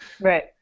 Right